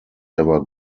ever